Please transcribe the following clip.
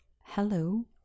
hello